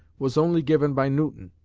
was only given by newton,